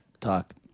talk